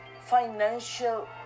Financial